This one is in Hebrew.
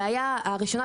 הבעיה הראשונה,